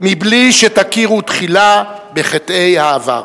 מבלי שתכירו תחילה בחטאי העבר.